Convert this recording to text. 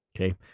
Okay